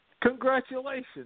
Congratulations